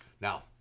Now